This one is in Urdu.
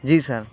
جی سر